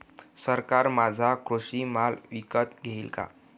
सरकार माझा कृषी माल विकत घेईल का?